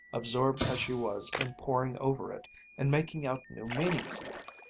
absorbed as she was in poring over it and making out new meanings in it.